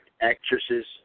actresses